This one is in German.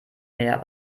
mehr